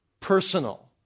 personal